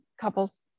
couples